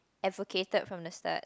advocated from the start